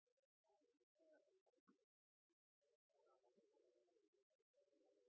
han var der